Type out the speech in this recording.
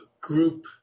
group